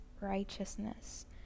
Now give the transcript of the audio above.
righteousness